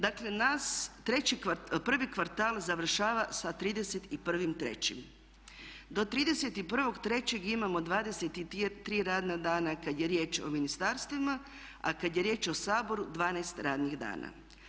Dakle naš prvi kvartal završava sa 31.3., do 31.3. imamo 23 radna dana kada je riječ o ministarstvima a kada je riječ o Saboru 12 radnih dana.